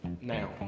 now